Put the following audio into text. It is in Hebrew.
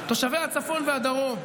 תושבי הצפון והדרום,